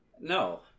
No